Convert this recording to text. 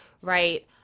right